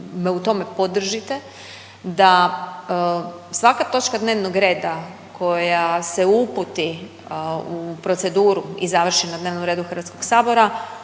da me u tome podržite da svaka točka dnevnog reda koja se uputi u proceduru i završi na dnevnom redu HS-a mora